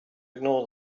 ignore